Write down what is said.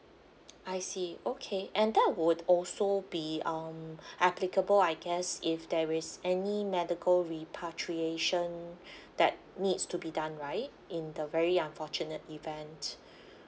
I see okay and that would also be um applicable I guess if there is any medical repatriation that needs to be done right in the very unfortunate event